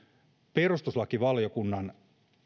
perustuslakivaliokunnan